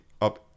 up